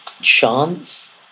chance